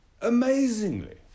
amazingly